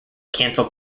cancel